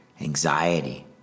anxiety